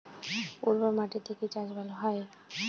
উর্বর মাটিতে কি চাষ ভালো হয়?